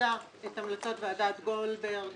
אימצה את המלצת ועדת גולדברג